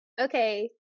Okay